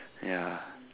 ya